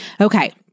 Okay